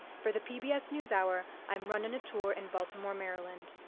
for the pbs newshour, i'm rhana natour in baltimore, maryland.